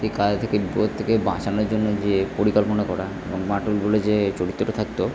সেই কাদা থেকে বিপদ থেকে বাঁচানোর জন্য যে পরিকল্পনা করা এবং বাঁটুল বলে যে চরিত্রটা থাকতো